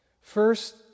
First